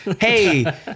Hey